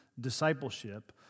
discipleship